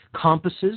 Compasses